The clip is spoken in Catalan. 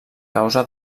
causa